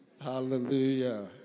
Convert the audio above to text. Hallelujah